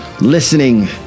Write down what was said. listening